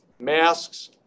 masks